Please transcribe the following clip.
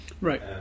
right